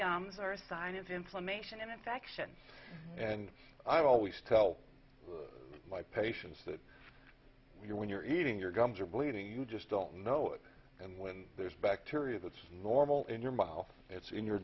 gums are a sign of inflammation and infections and i always tell my patients that you know when you're eating your gums are bleeding you just don't know it and when there's bacteria that's normal in your mouth it's in your